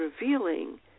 revealing